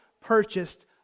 purchased